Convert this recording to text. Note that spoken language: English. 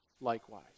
Likewise